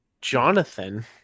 Jonathan